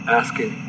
asking